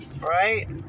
Right